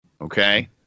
okay